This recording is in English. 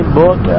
book